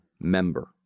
member